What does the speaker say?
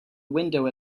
window